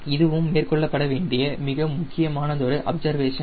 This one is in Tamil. இதுவும் மேற்கொள்ளப்படவேண்டிய மிக முக்கியமானதொரு அப்சர்வேஷன்